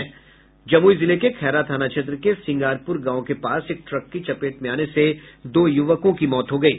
जमुई जिले के खैरा थाना क्षेत्र के सिंगारपुर गांव के पास एक ट्रक की चपेट में आने से दो युवकों की मौत हो गयी